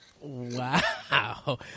Wow